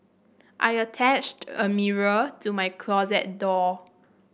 I attached a mirror to my closet door